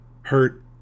hurt